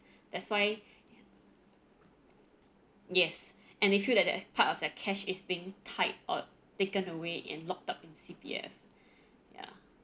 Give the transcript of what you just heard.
that's why yes and they feel that they're part of their cash is being tight or taken away and locked up in C_P_F ya